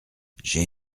j’ai